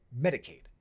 Medicaid